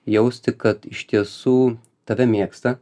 jausti kad iš tiesų tave mėgsta